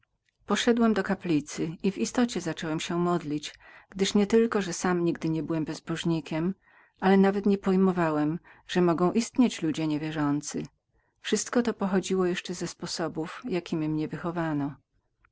przeszedłem do kaplicy i w istocie począłem się modlić gdyż nie tylko że sam nigdy nie byłem bezbożnikiem ale nawet niepojmowałem żeby mogli znajdować się ludzie nie wierzący wszystko to pochodziło jeszcze ze sposobów jakiemi mnie wychowano